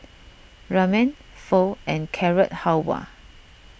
Ramen Pho and Carrot Halwa